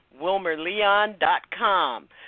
WilmerLeon.com